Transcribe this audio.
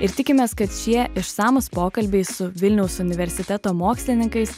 ir tikimės kad šie išsamūs pokalbiai su vilniaus universiteto mokslininkais